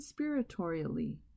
conspiratorially